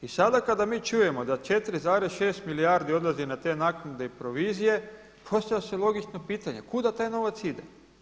I sada kada mi čujemo da 4,6 milijardi odlazi na te naknade i provizije postavlja se logično pitanje kuda taj novac ide.